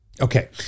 Okay